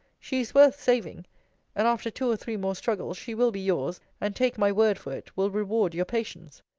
she is worth saving and, after two or three more struggles, she will be yours, and take my word for it, will reward your patience.